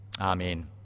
Amen